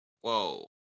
whoa